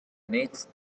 next